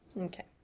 okay